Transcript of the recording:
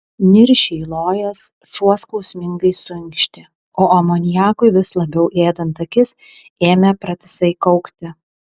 niršiai lojęs šuo skausmingai suinkštė o amoniakui vis labiau ėdant akis ėmė pratisai kaukti